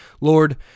Lord